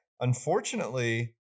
Unfortunately